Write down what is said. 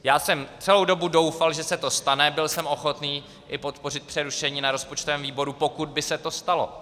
Já jsem celou dobu doufal, že se to stane, byl jsem ochotný i podpořit přerušení na rozpočtovém výboru, pokud by se to stalo.